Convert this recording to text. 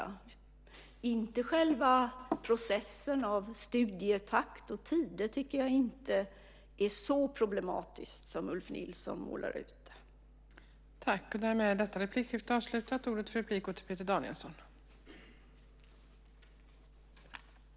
Jag tycker inte att själva processen med studietakt och tid är så problematisk som Ulf Nilsson målar upp det.